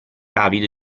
avido